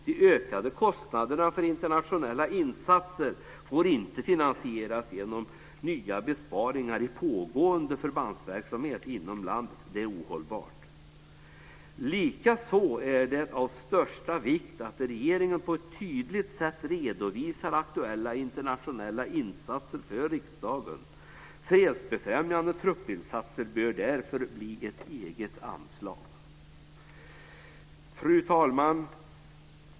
De ökande kostnaderna för internationella insatser får inte finansieras genom nya besparingar i pågående förbandsverksamhet inom landet - det är ohållbart. Likaså är det av största vikt att regeringen på ett tydligt sätt redovisar aktuella internationella insatser för riksdagen. Fredsfrämjande truppinsatser bör därför förbli ett eget anslag. Fru talman!